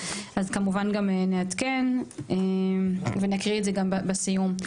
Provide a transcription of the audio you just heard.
אז כמובן גם נעדכן ונקריא את זה גם בסיום.